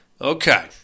Okay